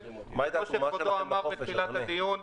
שכבודו אמר בתחילת הדיון,